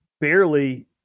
barely